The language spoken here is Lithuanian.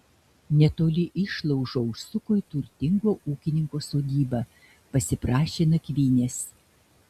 netoli išlaužo užsuko į turtingo ūkininko sodybą pasiprašė nakvynės